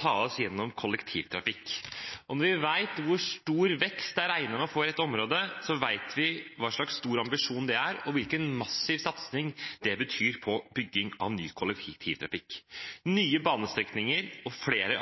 tas gjennom kollektivtrafikk. Når vi vet hvor stor vekst man regner med å få i dette området, vet vi hvilken stor ambisjon det er, og hvilken massiv satsing det betyr på bygging av ny kollektivtrafikk, nye banestrekninger og flere